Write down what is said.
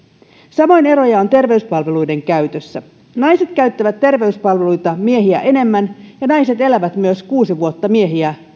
samoin eroja on terveyspalveluiden käytössä naiset käyttävät terveyspalveluita miehiä enemmän ja naiset elävät myös keskivertoisesti kuusi vuotta miehiä